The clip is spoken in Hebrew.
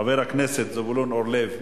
5952 ו-5951.